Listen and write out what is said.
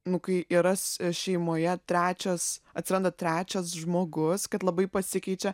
nu kai yra šeimoje trečias atsiranda trečias žmogus kad labai pasikeičia